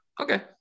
Okay